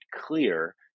clear